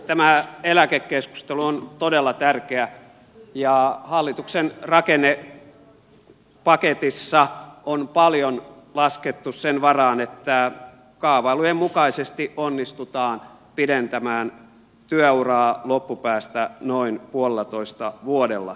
tämä eläkekeskustelu on todella tärkeä ja hallituksen rakennepaketissa on paljon laskettu sen varaan että kaavailujen mukaisesti onnistutaan pidentämään työuraa loppupäästä noin puolellatoista vuodella